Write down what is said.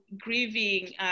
grieving